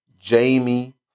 Jamie